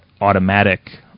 Automatic